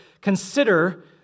consider